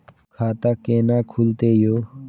खाता केना खुलतै यो